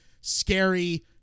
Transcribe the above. scary